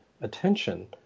attention